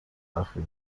اخیر